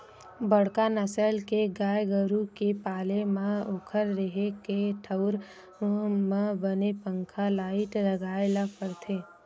बड़का नसल के गाय गरू के पाले म ओखर रेहे के ठउर म बने पंखा, लाईट लगाए ल परथे